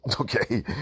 Okay